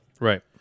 right